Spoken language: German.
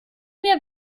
mir